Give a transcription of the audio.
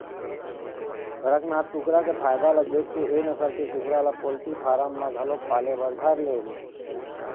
कड़कनाथ कुकरा के फायदा ल देखके ए नसल के कुकरा ल पोल्टी फारम म घलोक पाले बर धर ले हे